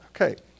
Okay